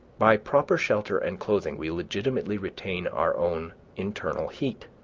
by proper shelter and clothing we legitimately retain our own internal heat